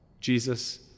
Jesus